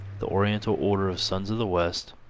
the oriental order of sons of the west